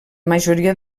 majoria